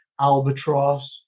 Albatross